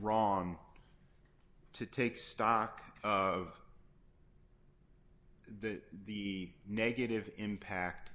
wrong to take stock of the the negative impact